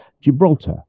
Gibraltar